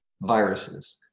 viruses